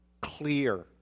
clear